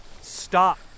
Stop